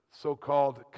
so-called